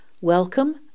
welcome